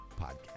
podcast